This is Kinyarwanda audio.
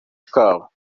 kabo